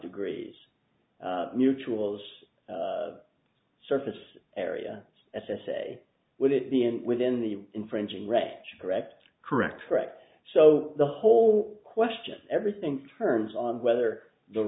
degrees mutuals surface area as i say would it be and within the infringing rest correct correct correct so the whole question everything turns on whether the